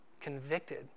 convicted